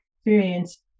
experience